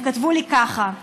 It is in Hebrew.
הם כתבו לי כך: